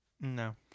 No